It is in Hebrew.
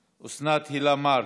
מוותרת, אוסנת הילה מארק,